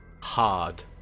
Hard